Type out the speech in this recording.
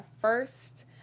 first